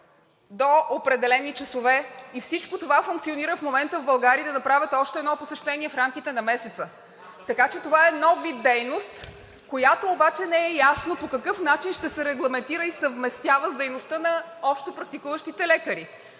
до определени часове и всичко това функционира в момента в България и да направят още едно посещение в рамките на месеца. Така че това е нов вид дейност, която обаче не е ясно по какъв начин ще се регламентира и съвместява с дейността на общопрактикуващите лекари?